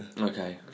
Okay